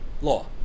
law